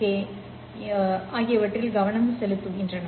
K ஆகியவற்றில் கவனம் செலுத்துகின்றன